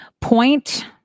point